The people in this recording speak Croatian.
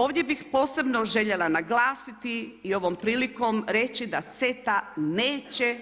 Ovdje bih posebno željela naglasiti i ovom prilikom reći da CETA neće